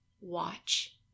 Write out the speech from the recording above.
watch